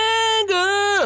anger